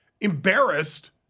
embarrassed